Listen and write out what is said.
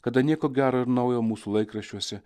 kada nieko gero ir naujo mūsų laikraščiuose